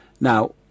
now